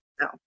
no